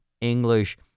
English